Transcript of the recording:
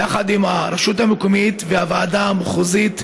יחד עם הרשות המקומית והוועדה המחוזית,